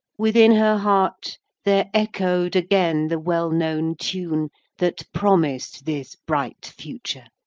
within her heart there echo'd again the well-known tune that promised this bright future,